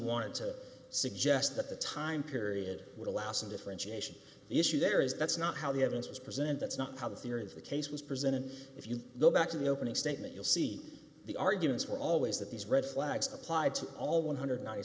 wanted to suggest that the time period would allow some differentiation the issue there is that's not how the evidence is presented that's not how the theory of the case was presented if you go back to the opening statement you'll see the arguments were always that these red flags applied to all one hundred and ninety